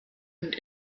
und